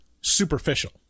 superficial